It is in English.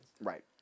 Right